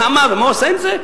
כמה ומה הוא עושה עם זה?